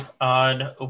on